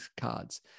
cards